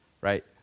right